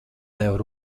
nevar